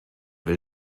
will